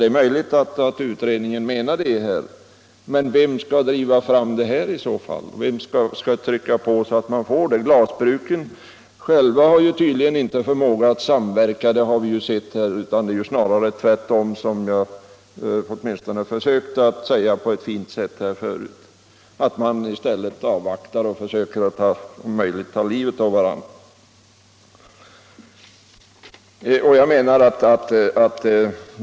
Det är möjligt att utredningen menar det. Men vem skall i så fall driva fram denna samverkan? Vem skall trycka på? Glasbruken själva har tydligen inte förmåga att samverka, det har vi ju sett, utan det är snarare tvärtom så — vilket jag åtminstone har försökt att säga på ett fint sätt förut — att glasbruken avvaktar och försöker att om möjligt ta livet av varandra.